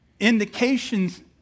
Indications